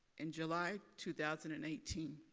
in july two thousand and eighteen.